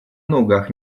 nogach